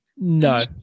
No